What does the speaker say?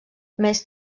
més